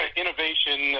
innovation